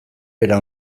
bera